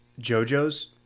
JoJo's